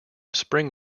spring